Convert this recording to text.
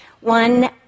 One